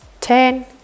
ten